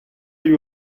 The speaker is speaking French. lui